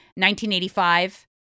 1985